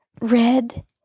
Red